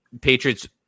Patriots